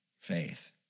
Faith